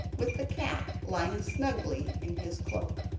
with the cat lying snugly in his cloak.